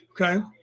Okay